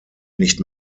nicht